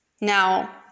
Now